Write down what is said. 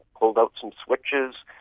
pulled out some switches,